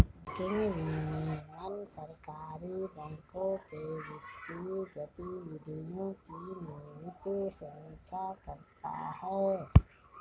banking विनियमन सहकारी बैंकों के वित्तीय गतिविधियों की नियमित समीक्षा करता है